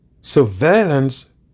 Surveillance